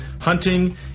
hunting